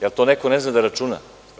Da li to neko ne zna da računa?